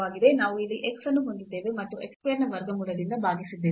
ನಾವು ಇಲ್ಲಿ x ಅನ್ನು ಹೊಂದಿದ್ದೇವೆ ಮತ್ತು x square ನ ವರ್ಗಮೂಲದಿಂದ ಭಾಗಿಸಿದ್ದೇವೆ